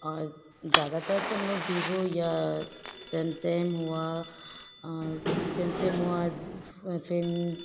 और ज़्यादातर सब वीवो या सेमसंग मोबा सेमसंग मोबाइल से फेन